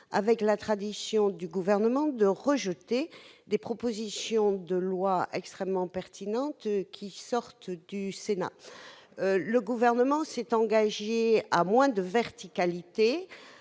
avec une tradition du Gouvernement, celle de rejeter les propositions de loi extrêmement pertinentes du Sénat. Le Gouvernement s'étant engagé à moins de verticalité,